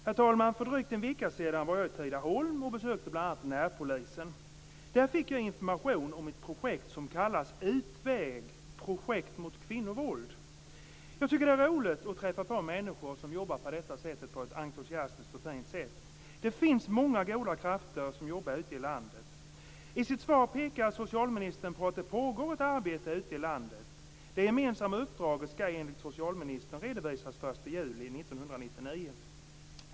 Herr talman! För drygt en vecka sedan var jag i Tidaholm och besökte bl.a. närpolisen. Där fick jag information om ett projekt som kallas Utväg - projekt mot kvinnovåld. Jag tycker att det är roligt att träffa på människor som jobbar så här på ett entusiastiskt och fint sätt. Det finns många goda krafter som arbetar ute i landet. I sitt svar pekar socialministern på att det pågår ett arbete ute i landet. Det gemensamma uppdraget skall enligt socialministern redovisas den 1 juli 1999.